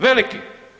Veliki.